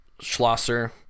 Schlosser